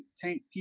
tank